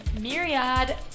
Myriad